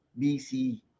BC